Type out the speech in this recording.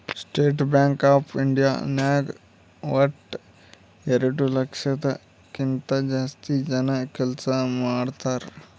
state Bank of India ನಾಗ್ ವಟ್ಟ ಎರಡು ಲಕ್ಷದ್ ಕಿಂತಾ ಜಾಸ್ತಿ ಜನ ಕೆಲ್ಸಾ ಮಾಡ್ತಾರ್